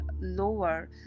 lower